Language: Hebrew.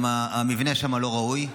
גם המבנה שם לא ראוי,